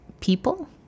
people